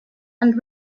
and